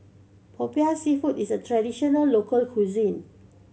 Popiah Seafood is a traditional local cuisine